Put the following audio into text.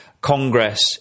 Congress